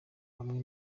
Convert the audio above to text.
bamwe